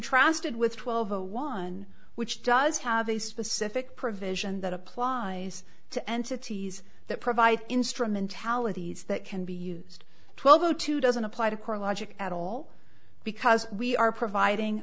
asted with twelve o one which does have a specific provision that applies to entities that provide instrumentalities that can be used twelve o two doesn't apply to core logic at all because we are providing